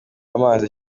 amazi